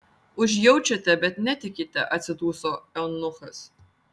užjaučiate bet netikite atsiduso eunuchas